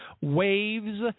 Waves